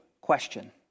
question